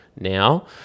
now